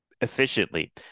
efficiently